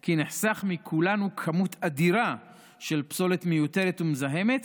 כי נחסכת מכולנו כמות אדירה של פסולת מיותרת ומזהמת,